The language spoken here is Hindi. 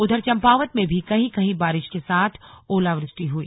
उधर चंपावत में भी कहीं कहीं बारिश के साथ ओलावृष्टि हुई